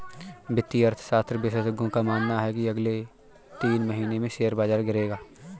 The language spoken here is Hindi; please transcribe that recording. वित्तीय अर्थशास्त्र विशेषज्ञों का मानना है की अगले तीन महीने में शेयर बाजार गिरेगा